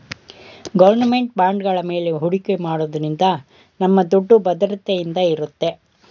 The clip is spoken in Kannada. ಗೌರ್ನಮೆಂಟ್ ಬಾಂಡ್ಗಳ ಮೇಲೆ ಹೂಡಿಕೆ ಮಾಡೋದ್ರಿಂದ ನಮ್ಮ ದುಡ್ಡು ಭದ್ರತೆಯಿಂದ ಇರುತ್ತೆ